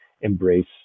embrace